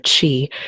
chi